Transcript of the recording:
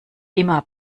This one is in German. immer